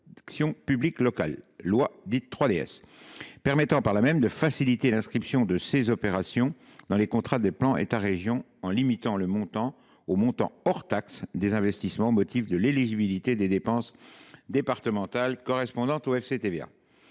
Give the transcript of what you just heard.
loi 3DS, permettant par là même de faciliter l’inscription de ces opérations dans les contrats des plans État région en limitant le montant au montant hors taxe des investissements au motif de l’éligibilité des dépenses départementales correspondantes au FCTVA.